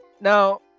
Now